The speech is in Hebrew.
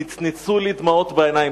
נצנצו לי דמעות בעיניים.